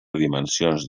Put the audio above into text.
dimensions